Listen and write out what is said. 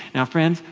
now friends,